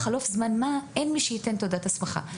בחלוף זמן מה אין מי שייתן תעודת הסמכה.